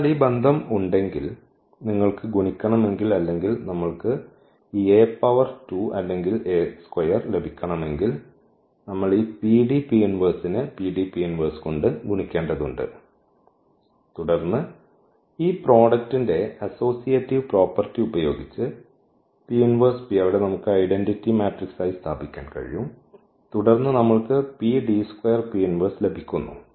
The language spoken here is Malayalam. അതിനാൽ ഈ ബന്ധം ഉണ്ടെങ്കിൽ നിങ്ങൾക്ക് ഗുണിക്കണമെങ്കിൽ അല്ലെങ്കിൽ നമ്മൾക്ക് ഈ A പവർ 2 അല്ലെങ്കിൽ ലഭിക്കണമെങ്കിൽ നമ്മൾ ഈ നെ കൊണ്ട് ഗുണിക്കേണ്ടതുണ്ട് തുടർന്ന് ഈ പ്രോഡക്റ്റ്ൻറെ അസോസിയേറ്റീവ് പ്രോപ്പർട്ടി ഉപയോഗിച്ച് ഈ അവിടെ നമുക്ക് ഐഡൻറിറ്റി മാട്രിക്സ് ആയി സ്ഥാപിക്കാൻ കഴിയും തുടർന്ന് നമ്മൾക്ക് ലഭിക്കുന്നു